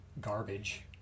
garbage